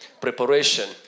preparation